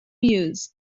use